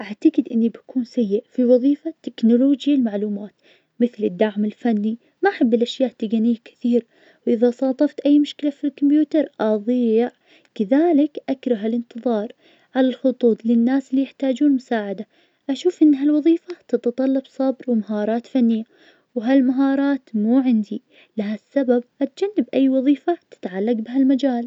أكثر شي رومانسي شفته كان في عيد الحب, يوم رحت مع شريكي لمكان مميز, كانت الاضواء خافتة, والجو رومانسي جداً, أكلنا عشا لذيذ مع بعض, وقت الغروب كان المنظر رائع, بعدين مفاجأة كانت لما جاب لي باقة ورد جميلة, هاللحظة كانت مليانة مشاعر حسيت بالسعادة والاهتمام وما أنسى أبد هاليوم.